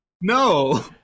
No